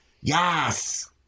Yes